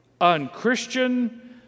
unchristian